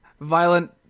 violent